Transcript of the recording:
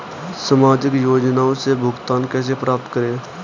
सामाजिक योजनाओं से भुगतान कैसे प्राप्त करें?